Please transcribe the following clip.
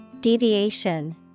Deviation